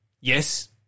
Yes